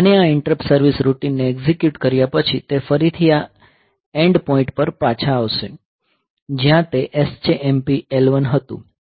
અને આ interrupt service રૂટિનને એક્ઝિક્યુટ કર્યા પછી તે ફરીથી આ એન્ડપોઇન્ટ પર પાછા આવશે જ્યાં તે SJMP L1 હતું